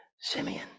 Simeon